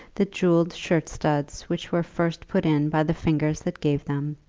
the jewelled shirt-studs, which were first put in by the fingers that gave them.